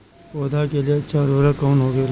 पौधा के लिए अच्छा उर्वरक कउन होखेला?